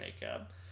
makeup